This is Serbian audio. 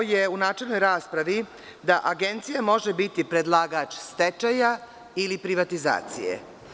U načelnoj raspravi je rekao da Agencija može biti predlagač stečaja ili privatizacije.